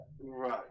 Right